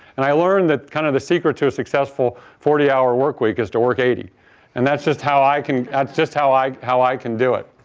and i learned that kind of a secret to a successful forty hour work week is to work eighty and that's just how i can that's just how i how i can do it.